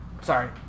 Sorry